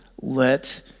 Let